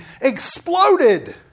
exploded